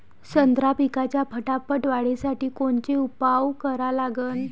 संत्रा पिकाच्या फटाफट वाढीसाठी कोनचे उपाव करा लागन?